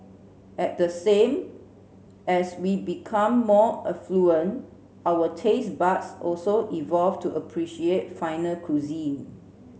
at the same as we become more affluent our taste buds also evolve to appreciate finer cuisine